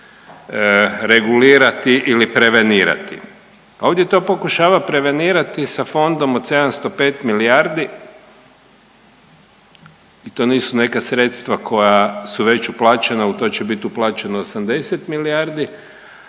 regulirati ili prevenirati. Ovdje to pokušava prevenirati sa fondom od 705 milijardi i to nisu neka sredstva koja su već uplaćena, u to će bit uplaćeno 80 milijardi,